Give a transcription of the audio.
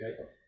Okay